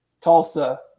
Tulsa